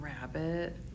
Rabbit